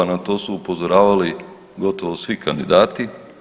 Na to su upozoravali gotovo svi kandidati.